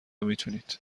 میتونید